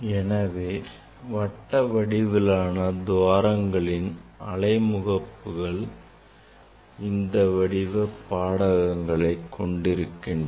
எனவே வட்ட வடிவத் துவாரங்களின் அலை முகப்புகள் இந்தவடிவ பாடகங்களை கொண்டிருக்கின்றன